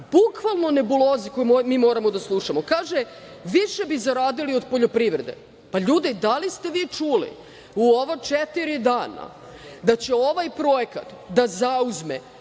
Bukvalno nebuloze koje mi moramo da slušamo. Kaže, više bi zaradili od poljoprivrede. Ljudi, da li ste vi čuli u ova četiri dana da će ovaj projekat da zauzme